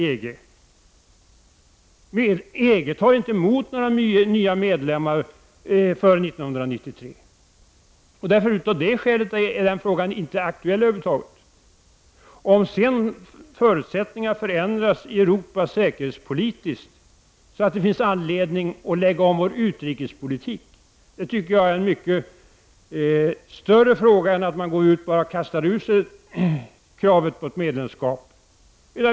EG tar inte emot några nya medlemmar förrän år 1993. Av det skälet är den frågan således inte aktuell över huvud taget. Om förutsättningarna förändras i Europa säkerhetspolitiskt så att det finns anledning att lägga om vår utrikespolitik tycker jag att det är en mycket större fråga. Man skall inte bara gå och kasta ur sig kravet på ett medlemskap.